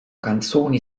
canzoni